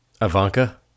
Ivanka